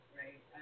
right